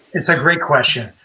it's a great question.